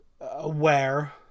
aware